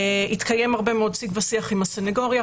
התקיים הרבה מאוד שיג ושיח עם הסנגוריה,